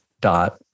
dot